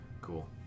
Cool